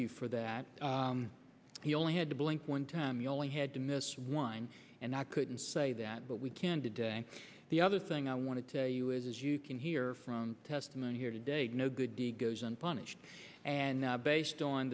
you for that he only had to blink one time you only had to miss wine and i couldn't say that but we can today the other thing i want to tell you is as you can hear from the testimony here today no good deed goes unpunished and now based on